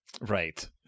Right